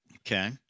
Okay